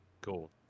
cool